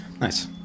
nice